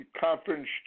conference